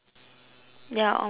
ya on four corners